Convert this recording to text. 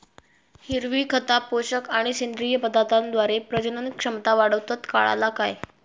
हिरवी खता, पोषक आणि सेंद्रिय पदार्थांद्वारे प्रजनन क्षमता वाढवतत, काळाला काय?